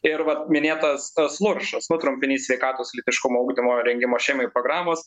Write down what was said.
ir vat minėtas tas sluršas nu trumpinys sveikatos lytiškumo ugdymo ir rengimo šeimai programos